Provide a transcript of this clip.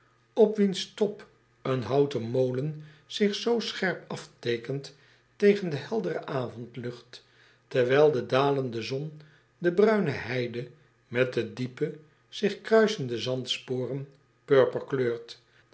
op wiens top een houten molen zich zoo scherp afteekent tegen de heldere avondlucht terwijl de dalende zon de bruine heide met de diepe zich kruisende zandsporen purper kleurt